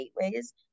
gateways